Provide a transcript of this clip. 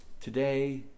Today